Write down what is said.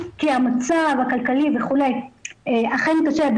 כי המצב הכלכלי וכולי אכן קשה,